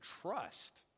trust